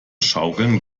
schaukeln